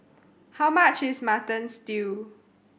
how much is Mutton Stew